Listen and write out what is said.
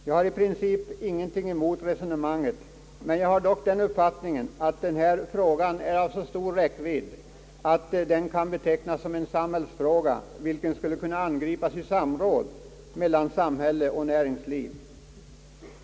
Jag har i princip ingenting emot resonemanget, men jag hyser dock den uppfattningen att frågan är av så stor räckvidd, att den också kan betecknas såsom en samhällsfråga, vilken skulle kunna angripas i samråd mellan samhälle och nä ringsliv.